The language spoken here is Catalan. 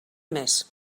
mes